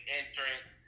entrance